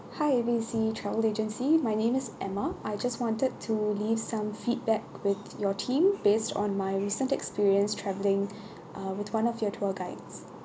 hi A B C travel agency my name is emma I just wanted to leave some feedback with your team based on my recent experience travelling uh with one of your tour guides